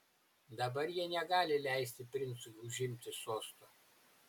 dabar jie negali leisti princui užimti sosto